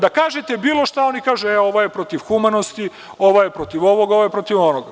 Da kažete bilo šta, oni kažu – ovaj je protiv humanosti, ovaj je protiv ovoga, ovaj je protiv onoga.